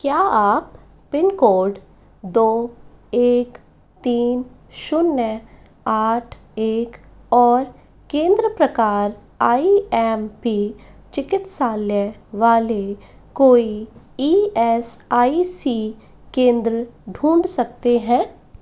क्या आप pin code दो एक तीन शून्य आठ एक और केंद्र प्रकार आई एम पी चिकित्सालय वाले कोई ई एस आई सी केंद्र ढूँढ सकते हैं